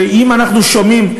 אם אנחנו שומעים,